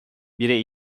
bire